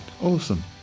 Awesome